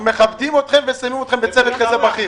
אנחנו מכבדים אתכם ושמים אתכם בצוות בכיר.